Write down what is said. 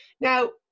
now